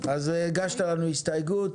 אז הגשת לנו הסתייגות.